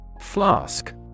Flask